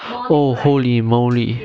oh holy moly